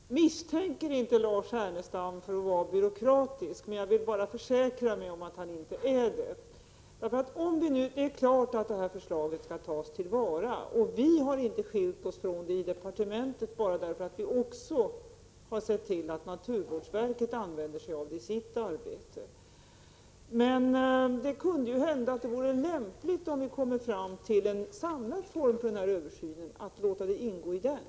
Herr talman! Jag misstänker inte Lars Ernestam för att vara byråkratisk, men jag ville bara försäkra mig om att han inte är det. Det är klart att förslaget skall tas till vara. Vi har inte skilt oss från saken i departementet bara därför att vi också har sett till att naturvårdsverket använder sig av detta isitt arbete. Men det kunde ju hända att det vore lämpligt att, om vi kommer fram till en samlad form för översynen, låta förslaget ingå i denna.